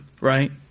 right